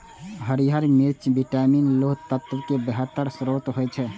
हरियर मिर्च विटामिन, लौह तत्वक बेहतर स्रोत होइ छै